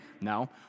No